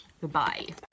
goodbye